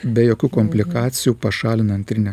be jokių komplikacijų pašalinant ir ne